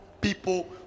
people